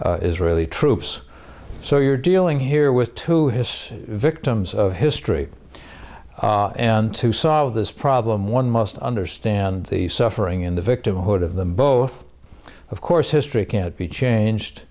israeli troops so you're dealing here with to his victims of history and to solve this problem one must understand the suffering in the victimhood of them both of course history can't be changed